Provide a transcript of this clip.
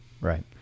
Right